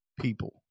people